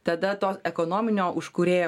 tada to ekonominio užkūrėjo